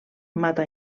mata